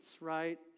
right